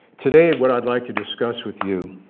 today, what i'd like to discuss with you,